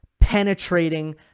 penetrating